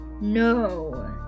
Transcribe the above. No